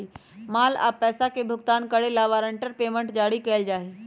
माल या पैसा के भुगतान करे ला वारंट पेमेंट जारी कइल जा हई